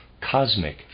cosmic